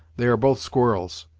they are both squirrels.